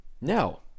Now